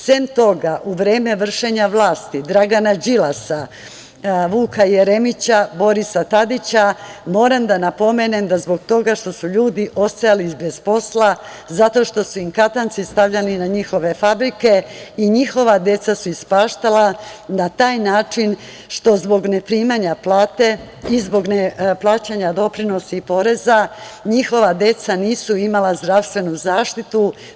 Sem toga, u vreme vršenja vlast Dragana Đilasa, Vuka Jeremića, Borisa Tadića moram da napomenem da zbog toga što su ljudi ostajali bez posla, zato što su im katanci stavljani na fabrike i njihova deca su ispaštala na taj način što zbog neprimanja plata i zbog neplaćanja doprinosa i poreza njihova deca nisu imala zdravstvenu zaštitu.